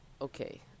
Okay